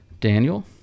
Daniel